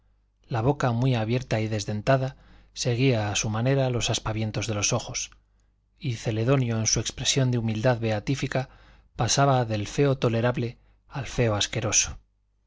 la boca muy abierta y desdentada seguía a su manera los aspavientos de los ojos y celedonio en su expresión de humildad beatífica pasaba del feo tolerable al feo asqueroso